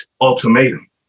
ultimatum